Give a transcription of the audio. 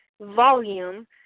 volume